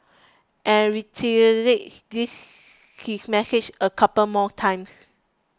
and this his message a couple more times